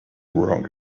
wrong